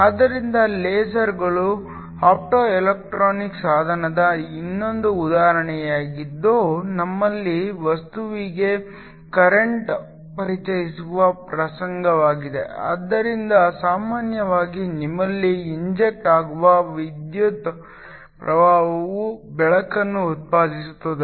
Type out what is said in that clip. ಆದ್ದರಿಂದ ಲೇಸರ್ಗಳು ಆಪ್ಟೊಎಲೆಕ್ಟ್ರಾನಿಕ್ ಸಾಧನದ ಇನ್ನೊಂದು ಉದಾಹರಣೆಯಾಗಿದ್ದು ನಮ್ಮಲ್ಲಿ ವಸ್ತುವಿಗೆ ಕರೆಂಟ್ ಪರಿಚಯಿಸುವ ಪ್ರಸಂಗವಿದೆ ಆದ್ದರಿಂದ ಸಾಮಾನ್ಯವಾಗಿ ನಿಮ್ಮಲ್ಲಿ ಇಂಜೆಕ್ಟ್ ಆಗುವ ವಿದ್ಯುತ್ ಪ್ರವಾಹವು ಬೆಳಕನ್ನು ಉತ್ಪಾದಿಸುತ್ತದೆ